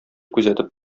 күзәтеп